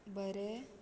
बरें